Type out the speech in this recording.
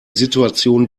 situation